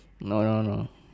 no no no